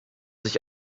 sich